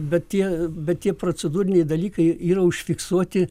bet tie bet tie procedūriniai dalykai yra užfiksuoti